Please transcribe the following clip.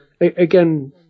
again